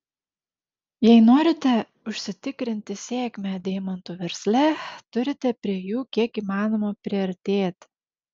jei norite užsitikrinti sėkmę deimantų versle turite prie jų kiek įmanoma priartėti